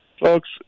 Folks